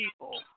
people